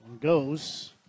Goes